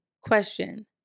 question